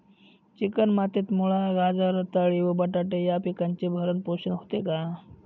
Chicken मातीत मुळा, गाजर, रताळी व बटाटे या पिकांचे भरण पोषण होते का?